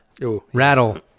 Rattle